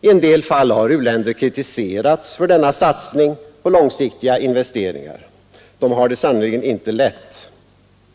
I en del fall har u-länder också kritiserats för denna satsning på långsiktiga investeringar. De har det sannerligen inte lätt.